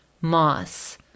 moss